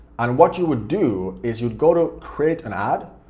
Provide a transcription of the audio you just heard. and what you would do, is you would go to create an ad.